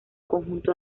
conjunto